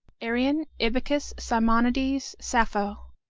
arion ibycus simonides sappho